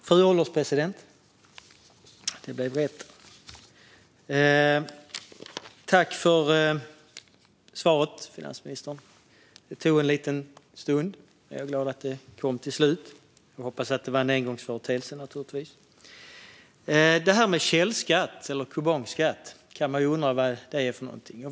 Fru ålderspresident! Tack för svaret, finansministern! Det tog en liten stund, men jag är glad att det kom till slut och hoppas att det var en engångsföreteelse. Man kan undra vad källskatt eller kupongskatt är för något.